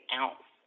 ounce